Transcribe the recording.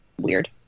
weird